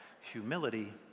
humility